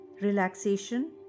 relaxation